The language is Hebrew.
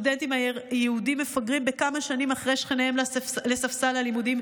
הסטודנטים היהודים מפגרים בכמה שנים אחרי שכניהם לספסל הלימודים,